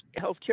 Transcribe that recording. Healthcare